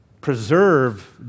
Preserve